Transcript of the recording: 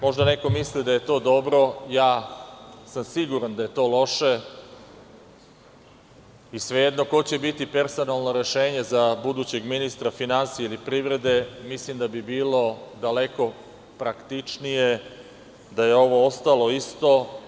Možda neko misli da je to dobro, ja sam siguran da je to loše i sve jedno ko će biti personalno rešenje za budućeg ministra finansija ili privrede, mislim da bi bilo daleko praktičnije da je ovo ostalo isto.